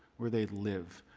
where they live,